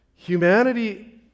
Humanity